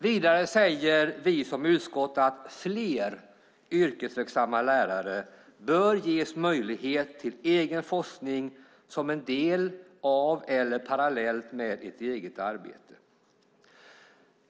Vidare säger vi som utskott att fler yrkesverksamma lärare bör "ges möjlighet till egen forskning som en del av eller parallellt med ett eget arbete".